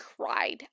cried